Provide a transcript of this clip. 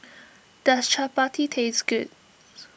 does Chapati taste good